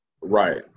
Right